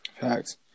Facts